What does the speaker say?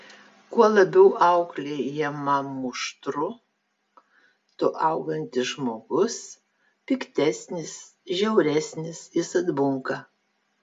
kuo labiau auklėjama muštru tuo augantis žmogus piktesnis žiauresnis jis atbunka